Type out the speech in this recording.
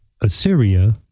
Assyria